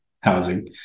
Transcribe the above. housing